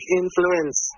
influence